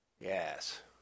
Yes